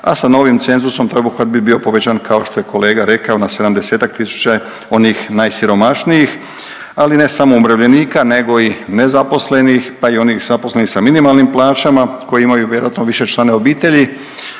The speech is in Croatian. se ne razumije/…bi bio povećan kao što je kolega rekao na 70-tak tisuća onih najsiromašnijih, ali ne samo umirovljenika nego i nezaposlenih, pa i onih zaposlenih sa minimalnim plaćama koje imaju vjerojatno više članova obitelji